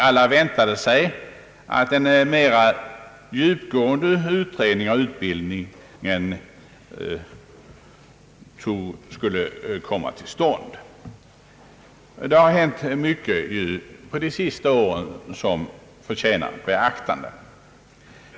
Alla väntade sig då att en djupgående utredning av utbildningen skulle komma till stånd, särskilt som det ju hänt så mycket de senaste åren som förtjänar beaktande.